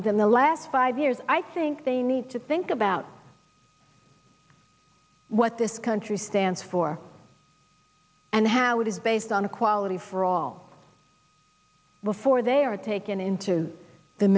within the last five years i think they need to think about what this country stands for and how it is based on equality for all before they are taken into the